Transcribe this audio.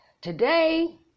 today